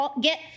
get